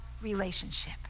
relationship